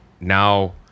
now